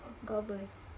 kau apa